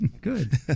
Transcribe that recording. good